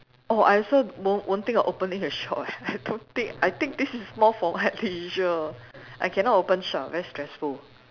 oh I also won't won't think of opening a shop eh I don't think I think this is more for my leisure I cannot open shop very stressful